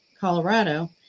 Colorado